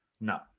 No